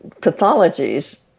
pathologies